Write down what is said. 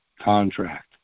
contract